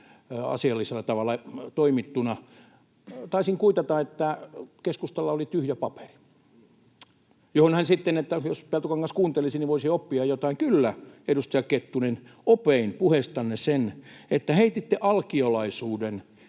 asiallisella tavalla toimittuna. Taisin kuitata, että keskustalla oli tyhjä paperi, mihin hän sitten sanoi, että ”jos Peltokangas kuuntelisi, niin voisi oppia jotain”. Kyllä, edustaja Kettunen, opin puheestanne sen, että heititte alkiolaisuuden